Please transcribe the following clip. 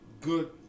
good